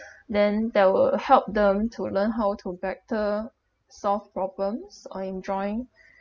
then that will help them to learn how to better solve problems or enjoying